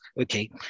Okay